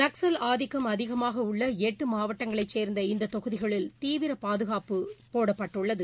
நக்சல் ஆதிக்கம் அதிகமாக உள்ள எட்டு மாவட்டங்களைச் சேர்ந்த இந்த தொகுதிகளில் தீவிர பாதுகாப்பு போடப்பட்டுள்ளது